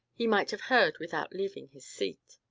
he might have heard without leaving his seat.